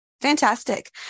Fantastic